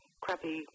crappy